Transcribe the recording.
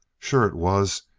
sure it was,